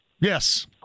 Yes